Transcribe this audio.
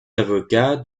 avocat